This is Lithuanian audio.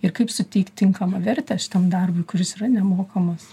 ir kaip suteikt tinkamą vertę šitam darbui kuris yra nemokamas